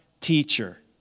teacher